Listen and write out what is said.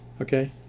Okay